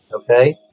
okay